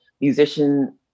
musician